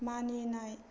मानिनाय